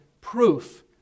proof